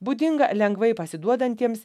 būdingą lengvai pasiduodantiems